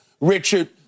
Richard